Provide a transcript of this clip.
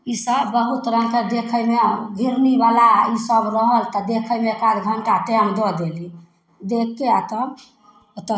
ईसब बहुत रङ्गके देखैमे घिरनीवला आओर ईसब रहल तऽ देखैमे एकाध घण्टा टाइम दऽ देली देखिके आओर तब ओतऽ